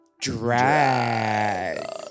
DRAG